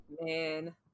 man